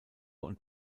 und